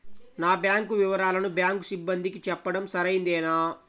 నా బ్యాంకు వివరాలను బ్యాంకు సిబ్బందికి చెప్పడం సరైందేనా?